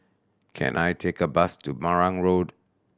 can I take a bus to Marang Road